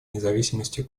независимости